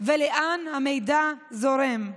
ולאן המידע זורם?